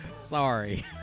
sorry